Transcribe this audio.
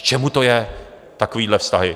K čemu to je, takovéhle vztahy?